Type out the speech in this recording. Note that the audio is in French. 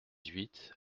huit